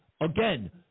again